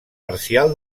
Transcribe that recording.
parcial